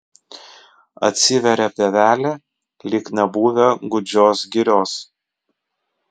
atsiveria pievelė lyg nebuvę gūdžios girios